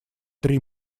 три